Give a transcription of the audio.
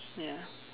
ya